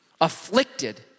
Afflicted